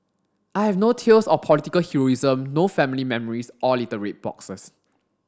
I have no tales of political heroism no family memories or little red boxes